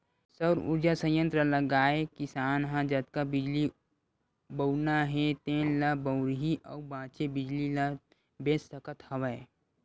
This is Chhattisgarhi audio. सउर उरजा संयत्र लगाए किसान ह जतका बिजली बउरना हे तेन ल बउरही अउ बाचे बिजली ल बेच सकत हवय